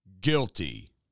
guilty